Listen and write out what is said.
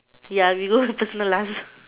ya we go personal last